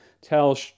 tell